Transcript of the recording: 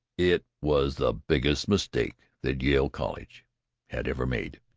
it was the biggest mistake that yale college had ever made.